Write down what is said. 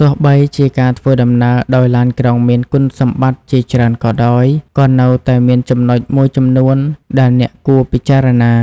ទោះបីជាការធ្វើដំណើរដោយឡានក្រុងមានគុណសម្បត្តិជាច្រើនក៏ដោយ ក៏នៅតែមានចំណុចមួយចំនួនដែលអ្នកគួរពិចារណា